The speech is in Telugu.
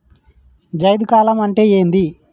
జైద్ కాలం అంటే ఏంది?